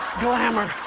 glamour.